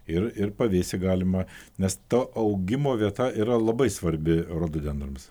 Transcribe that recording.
ir ir pavėsy galima nes ta augimo vieta yra labai svarbi rododendrams